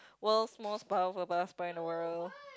world's most powerful passport in the world